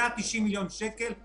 זה ה-90 מיליון שקל.